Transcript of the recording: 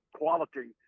quality